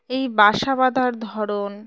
এই বাসা বাঁধার ধরন